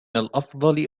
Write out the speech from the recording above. الأفضل